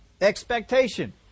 Expectation